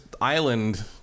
island